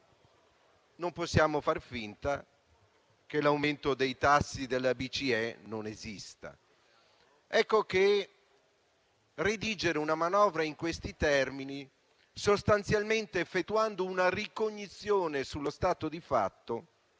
Non possiamo far finta che l'aumento dei tassi della BCE non esista. Ecco che redigere una manovra in questi termini, sostanzialmente effettuando una ricognizione sullo stato di fatto,